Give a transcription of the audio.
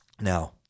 Now